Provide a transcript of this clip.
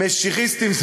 משיחיסטיים.